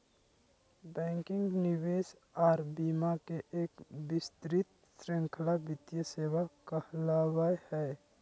banking, निवेश आर बीमा के एक विस्तृत श्रृंखला वित्तीय सेवा कहलावय हय